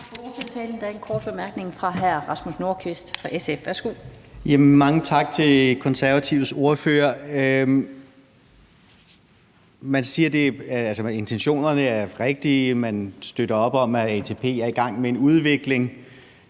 Der er en kort bemærkning fra hr. Rasmus Nordqvist fra SF. Værsgo. Kl. 16:12 Rasmus Nordqvist (SF): Mange tak til Konservatives ordfører. Man siger, at intentionerne er rigtige, og man støtter op om, at ATP er i gang med en udvikling.